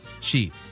cheap